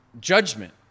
judgment